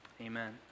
Amen